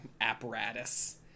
apparatus